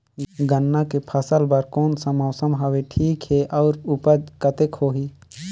गन्ना के फसल बर कोन सा मौसम हवे ठीक हे अउर ऊपज कतेक होही?